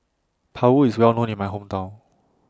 Paru IS Well known in My Hometown